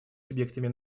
субъектами